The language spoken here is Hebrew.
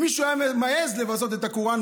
אם מישהו היה מעז לבזות את הקוראן,